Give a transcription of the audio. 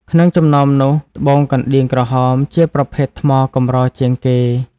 ក្នុងចំណោមនោះត្បូងកណ្តៀងក្រហម ជាប្រភេទថ្មកម្រជាងគេ។